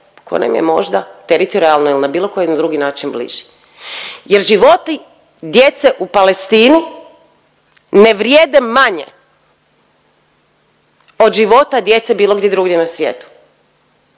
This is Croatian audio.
tko nam je možda teritorijalno ili na bilo koji drugi način bliži, jer životi djece u Palestini ne vrijede manje od života djece bilo gdje drugdje na svijetu